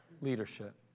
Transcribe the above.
leadership